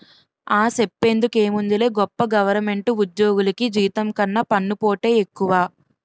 ఆ, సెప్పేందుకేముందిలే గొప్ప గవరమెంటు ఉజ్జోగులికి జీతం కన్నా పన్నుపోటే ఎక్కువ